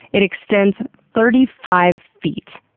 it extends thirty five feet.